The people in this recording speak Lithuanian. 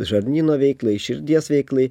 žarnyno veiklai širdies veiklai